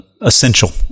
essential